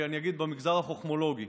בגלל קשיים שהערימו התושבים והעירייה.